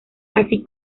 así